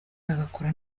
bagakora